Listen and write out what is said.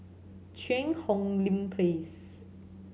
Cheang Hong Lim Place